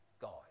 God